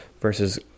versus